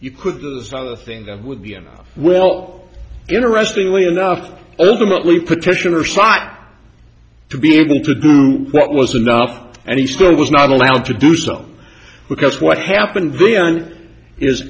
you could do this other thing that would be enough well interestingly enough ultimately petitioner saat to be able to do what was enough and he still was not allowed to do so because what happened